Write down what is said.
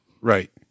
right